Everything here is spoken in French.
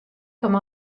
comme